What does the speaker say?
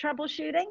troubleshooting